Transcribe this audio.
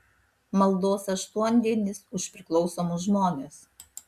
maldos aštuondienis už priklausomus žmones